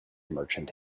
merchant